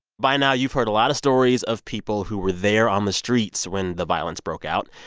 by now, you've heard a lot of stories of people who were there on the streets when the violence broke out.